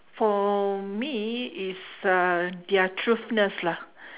for me is uh their truthness lah